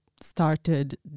started